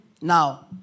Now